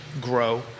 Grow